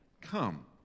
Come